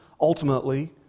ultimately